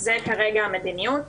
זו כרגע המדיניות.